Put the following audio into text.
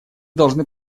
должны